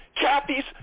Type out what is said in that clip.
Kathy's